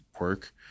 work